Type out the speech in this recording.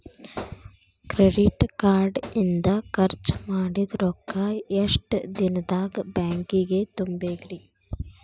Credit card ಇಂದ್ ಖರ್ಚ್ ಮಾಡಿದ್ ರೊಕ್ಕಾ ಎಷ್ಟ ದಿನದಾಗ್ ಬ್ಯಾಂಕಿಗೆ ತುಂಬೇಕ್ರಿ?